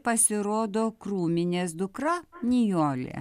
pasirodo krūminės dukra nijolė